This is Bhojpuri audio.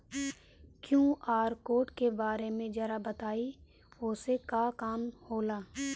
क्यू.आर कोड के बारे में जरा बताई वो से का काम होला?